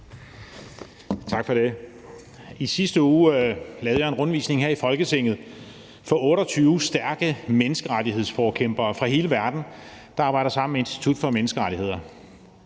Tak for det. I sidste uge lavede jeg en rundvisning her i Folketinget for 28 stærke menneskerettighedsforkæmpere fra hele verden, der arbejder sammen med Institut for Menneskerettigheder.